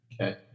Okay